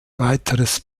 weiteres